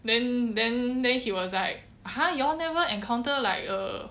then then then he was like !huh! you all never encounter like err